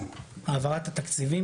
העברת התקציבים,